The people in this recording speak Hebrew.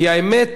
כי האמת,